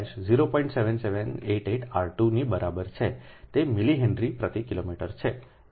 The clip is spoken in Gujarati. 7788 r 2 ની બરાબર છે તે મિલી હેનરી પ્રતિ કિલોમીટર છેબરાબર